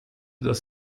das